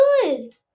good